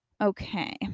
Okay